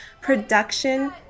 production